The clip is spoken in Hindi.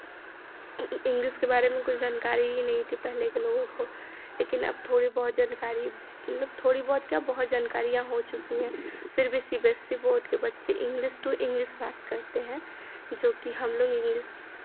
इंग्लिश के बारे में कोई जानकारी ही नहीं थी पहले के लोगों को लेकिन अब थोड़ी बहुत जानकारी थोड़ी बहुत क्या बहुत जानकारियाँ हो चुकी हैं फिर भी C B S E board के बच्चे इंग्लिश टू इंग्लिश बात करते हैं जो कि हमलोग इंग्लिश